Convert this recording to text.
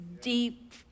deep